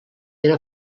era